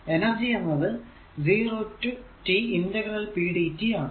energy എന്നത് 0 to t p dt ആണ്